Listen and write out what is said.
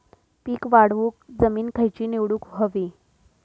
पीक वाढवूक जमीन खैची निवडुक हवी?